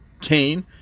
Kane